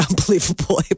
unbelievable